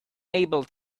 able